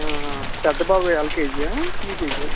ఆ పెద్దబాబు ఎల్కేజీ యా యుకేజీ యా